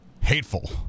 hateful